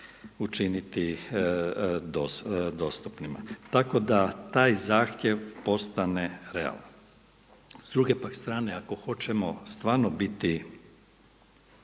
učiniti dostupnima, tako da taj zahtjev postane realan. S druge pak strane ako hoćemo stvarno biti